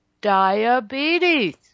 diabetes